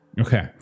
Okay